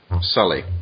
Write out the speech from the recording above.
Sully